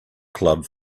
club